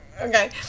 Okay